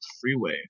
freeway